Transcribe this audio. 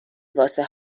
واسه